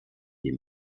dem